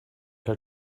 her